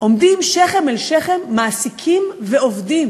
עומדים שכם אל שכם מעסיקים ועובדים,